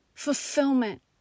Fulfillment